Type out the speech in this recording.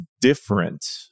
different